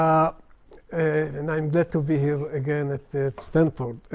and i'm glad to be here again at stanford.